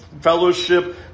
fellowship